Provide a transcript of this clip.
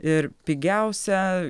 ir pigiausia